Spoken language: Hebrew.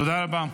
תודה רבה.